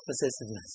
possessiveness